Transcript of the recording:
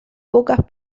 pocas